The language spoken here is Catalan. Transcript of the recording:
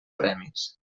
premis